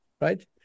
right